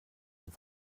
den